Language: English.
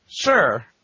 Sure